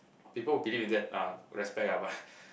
people believe in that uh respect lah but